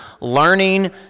learning